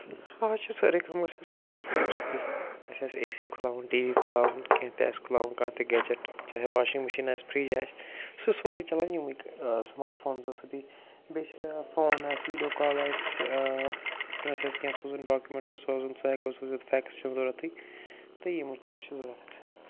اَز چھِ سٲرۍ کٲم گژھان سُمارٹ فونَو سۭتی اَسہِ آسہِ اےٚ سی کھُلاوُن ٹی وی کھُلاوُن کیٚنٛہہ تہِ آسہِ کھُلاوُن کانٛہہ تہِ گیجَٹ چاہے واشِنٛگ مِشیٖن آسہِ فریٚج آسہِ سُہ سورُے چلن یِموٕے سُمارَٹ فونزَو سۭتی بیٚیہِ چھِ فون آسہِ ویٖڈیو کال آسہِ کانٛسہِ آسہِ کیٚنٛہہ سوزُن ڈاکیٛومٮ۪نٛٹ چھِ سوزُن سُہ ہٮ۪کَو سوٗزِتھ فٮیکٕس چھُنہٕ ضروٗرتٕے تہٕ یِم چیٖز چھِ ضروٗرت آسان